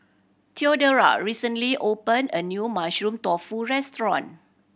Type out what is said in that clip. Theodora recently open a new Mushroom Tofu restaurant